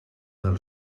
del